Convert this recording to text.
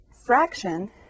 fraction